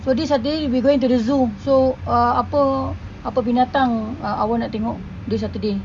so this saturday we are going to the zoo so err apa apa binatang awak nak tengok this saturday